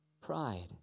Pride